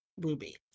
ruby